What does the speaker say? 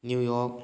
New York